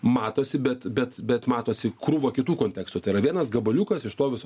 matosi bet bet bet matosi krūva kitų kontekstų tai yra vienas gabaliukas iš to viso